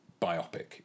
biopic